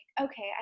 okay